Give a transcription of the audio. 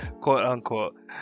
quote-unquote